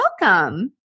Welcome